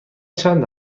چند